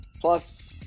plus